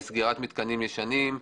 בסגירת מתקנים ישנים,